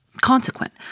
consequent